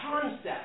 concept